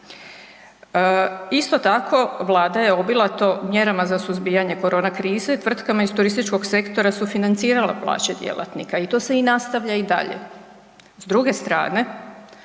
Isto tako Vlada je obilato mjerama za suzbijanja korona krize tvrtkama iz turističkog sektora sufinancirala plaće djelatnika i to se nastavlja i dalje.